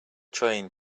train